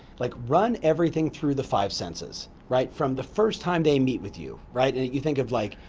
like run everything through the five senses. right, from the first time they meet with you. right, and you think of like,